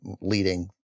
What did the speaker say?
leading